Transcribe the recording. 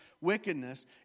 wickedness